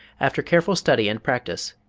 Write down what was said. after careful study and practice,